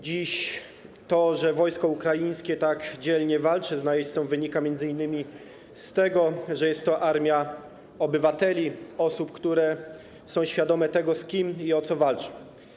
Dziś to, że wojsko ukraińskie tak dzielnie walczy z najeźdźca, wynika m.in. z tego, że jest to armia obywateli, osób, które są świadome tego, z kim i o co walczą.